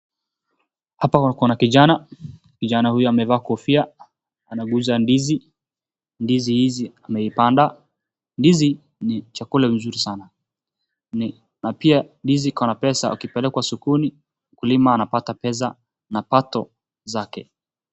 Hapa kuna, kijana kijana huyo amevaa kofia. Anaguza ndizi. Ndizi hizi ameipanda. Ndizi ni chakula mzuri sana. Na pia ndizi iko na pesa ikipelekwa sokoni mkulima anapata pesa mapato zake.